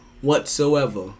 whatsoever